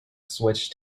switched